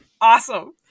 Awesome